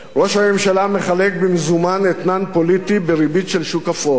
ראש הממשלה מחלק במזומן אתנן פוליטי בריבית של שוק אפור.